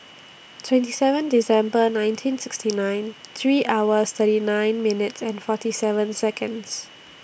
twenty seven December nineteen sixty nine three hour thirty nine minutes and forty seven Seconds